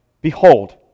Behold